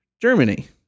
Germany